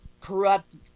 corrupt